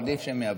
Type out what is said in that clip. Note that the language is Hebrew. עדיף שהם יעבדו,